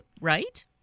right